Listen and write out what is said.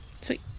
Sweet